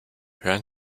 hören